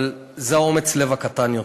אבל זה אומץ הלב הקטן יותר.